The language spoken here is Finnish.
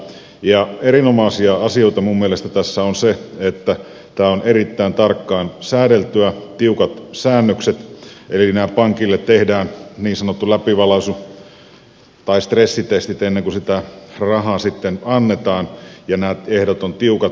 erinomainen asia minun mielestäni tässä on se että tämä on erittäin tarkkaan säädeltyä tiukat säännökset eli pankeille tehdään niin sanottu läpivalaisu tai stressitestit ennen kuin sitä rahaa annetaan ja nämä ehdot ovat tiukat